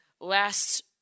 last